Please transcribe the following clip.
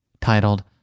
titled